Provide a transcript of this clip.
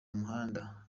umuhanda